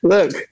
Look